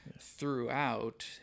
throughout